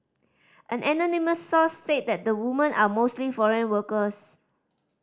an anonymous source said that the women are mostly foreign workers